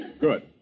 Good